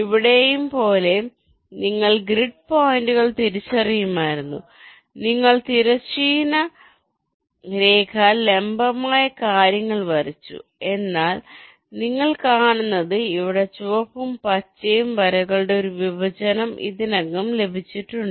ഇവിടെയും പോലെ നിങ്ങൾ ഗ്രിഡ് പോയിന്റുകൾ തിരിച്ചറിയുമായിരുന്നു നിങ്ങൾ തിരശ്ചീന രേഖ ലംബമായ കാര്യങ്ങൾ വരച്ചു എന്നാൽ നിങ്ങൾ കാണുന്നത് ഇവിടെ ചുവപ്പും പച്ചയും വരകളുടെ ഒരു വിഭജനം ഇതിനകം ലഭിച്ചിട്ടുണ്ട്